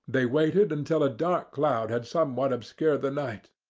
they waited until a dark cloud had somewhat obscured the night,